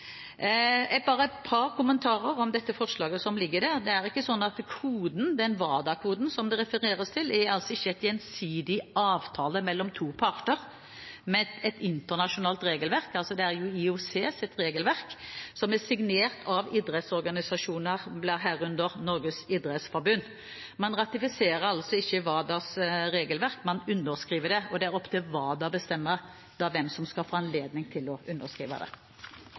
et par kommentarer til det forslaget som foreligger. WADA-koden, som det refereres til, er ikke en gjensidig avtale mellom to parter, men et internasjonalt regelverk. Det er IOCs regelverk, som er signert av idrettsorganisasjoner, herunder Norges idrettsforbund. Man ratifiserer altså ikke WADAs regelverk, man underskriver det. Og det er opp til WADA å bestemme hvem som skal få anledning til å underskrive det.